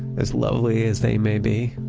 as lovely as they may be.